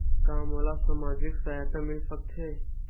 का मोला सामाजिक सहायता मिल सकथे?